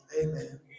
Amen